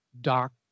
doc